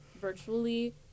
virtually